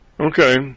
Okay